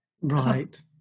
Right